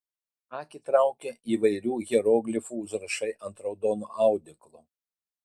akį traukia įvairių hieroglifų užrašai ant raudono audeklo